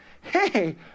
hey